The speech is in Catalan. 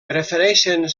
prefereixen